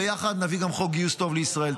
ביחד נביא גם חוק גיוס טוב לישראל.